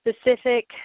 specific